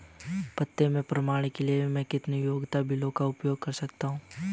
पते के प्रमाण के लिए मैं किन उपयोगिता बिलों का उपयोग कर सकता हूँ?